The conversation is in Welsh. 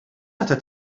atat